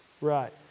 Right